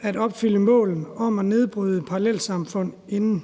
at opfylde mål om at nedbryde parallelsamfund inden